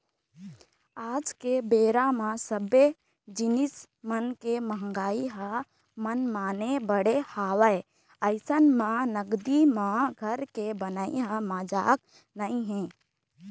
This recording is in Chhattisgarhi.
आज के बेरा म सब्बे जिनिस मन के मंहगाई ह मनमाने बढ़े हवय अइसन म नगदी म घर के बनई ह मजाक नइ हे